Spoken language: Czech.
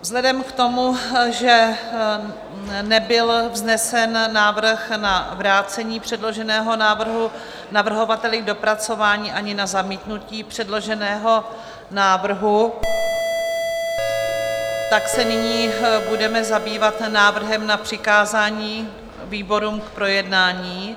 Vzhledem k tomu, že nebyl vznesen návrh na vrácení předloženého návrhu navrhovateli k dopracování ani na zamítnutí předloženého návrhu, tak se nyní budeme zabývat návrhem na přikázání výborům k projednání.